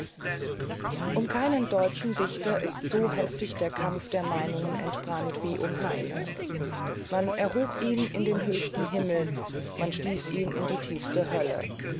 um keinen deutschen dichter ist so heftig der kampf der meinungen entbrannt wie um heine man hob ihn in den höchsten himmel stieß ihn in die tiefste hölle